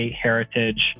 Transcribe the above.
heritage